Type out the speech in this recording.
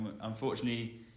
Unfortunately